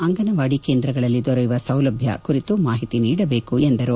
ಅಂಗನವಾಡಿ ಕೇಂದ್ರಗಳಲ್ಲಿ ದೊರೆಯುವ ಸೌಲಭ್ಯ ಕುರಿತು ಮಾಹಿತಿ ನೀಡಬೇಕು ಎಂದರು